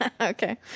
Okay